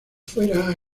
fuera